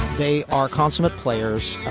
they are consummate players.